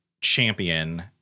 Champion